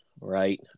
right